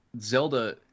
Zelda